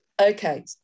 Okay